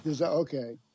Okay